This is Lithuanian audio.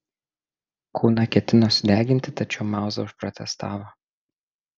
kūną ketino sudeginti tačiau mauza užprotestavo